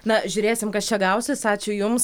na žiūrėsim kas čia gausis ačiū jums